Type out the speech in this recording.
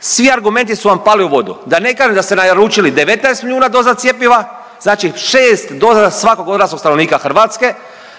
svi argumenti su vam pali u vodu, da ne kažem da ste naručili 19 milijuna doza cjepiva, znači 6 doza za svakog od nas od stanovnika Hrvatske,